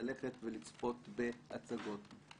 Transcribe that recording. ללכת ולצפות בהצגות.